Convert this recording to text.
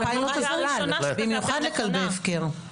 במיוחד לכלבי הפקר.